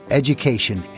education